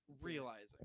realizing